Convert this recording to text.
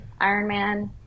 Ironman